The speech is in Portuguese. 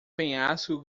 penhasco